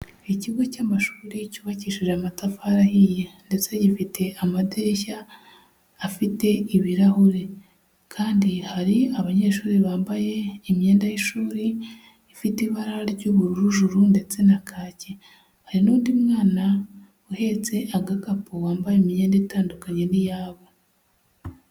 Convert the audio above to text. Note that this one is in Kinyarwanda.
Ikigo cy'amashuri cyubakishije amatafari ahiye, ndetse gifite amadirishya afite ibirahure, kandi hari abanyeshuri bambaye imyenda y'ishuri, ifite ibara ry'ubururu juru ndetse na kacye, hari n'undi mwana uhetse agakapu wambaye imyenda itandukanye n'iyabo.